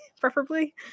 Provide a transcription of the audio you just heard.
preferably